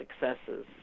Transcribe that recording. successes